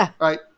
right